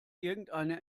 irgendeine